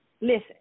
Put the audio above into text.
listen